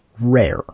rare